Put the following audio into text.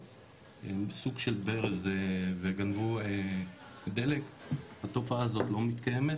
סוג של ברז וגנבו דלק התופעה הזאת לא מתקיימת,